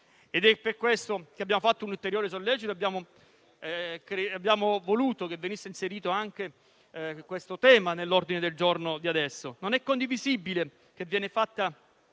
Ed è per questo che abbiamo fatto un ulteriore sollecito e abbiamo voluto che venisse inserito anche questo tema nell'ordine del giorno presentato. Non è condivisibile il fatto